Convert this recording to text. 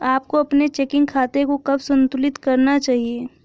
आपको अपने चेकिंग खाते को कब संतुलित करना चाहिए?